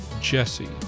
Jesse